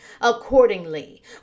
accordingly